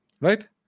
Right